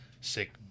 sick